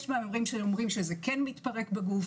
יש מאמרים שאומרים שזה כן מתפרק בגוף.